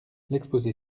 l’exposé